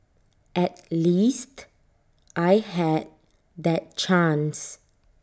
at least I had that chance